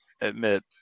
admit